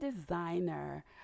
designer